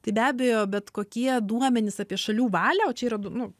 tai be abejo bet kokie duomenys apie šalių valią o čia yra nu